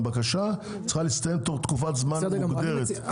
אז הבקשה צריכה להסתיים תוך תקופת זמן מוגדרת,